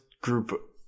group